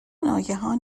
ناگهان